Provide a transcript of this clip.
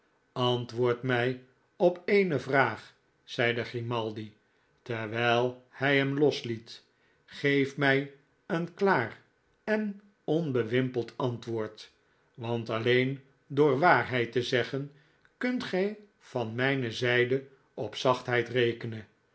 antwoord mij op enevraag zeide grimaldi terwijl hij hem losliet geef mij een klaar en onbewimpeld antwoord want alleen door waarheid te zeggen kunt gij van mijne zijde op zachtheid rekenen